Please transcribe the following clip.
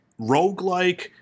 roguelike